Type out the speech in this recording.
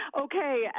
Okay